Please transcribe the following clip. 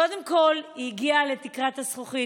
קודם כול היא הגיעה לתקרת הזכוכית,